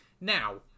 Now